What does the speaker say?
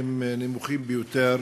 הם מעטים ביותר.